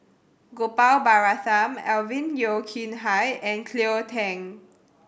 Gopal Baratham Alvin Yeo Khirn Hai and Cleo Thang